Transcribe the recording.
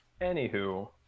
anywho